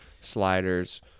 sliders